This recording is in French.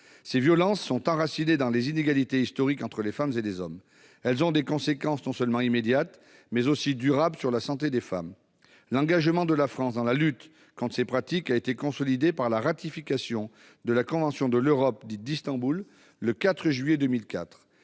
Ces violences sont enracinées dans les inégalités historiques entre les femmes et les hommes. Elles ont des conséquences non seulement immédiates, mais aussi durables sur la santé des femmes. L'engagement de la France dans la lutte contre ces pratiques a été consolidé par la ratification de la Convention du Conseil de l'Europe sur la